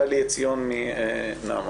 גלי עציון מנעמ"ת.